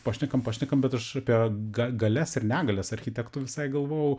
pašnekam pašnekam bet aš apie ga galias ir negalias architektų visai galvojau